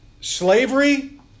slavery